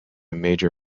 major